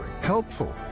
helpful